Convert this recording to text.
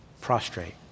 Prostrate